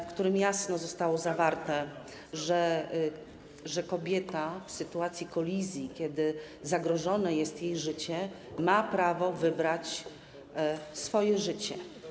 w którym jasno zostało określone, że kobieta w sytuacji kolizji, kiedy zagrożone jest jej życie, ma prawo wybrać swoje życie.